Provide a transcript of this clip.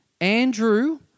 Andrew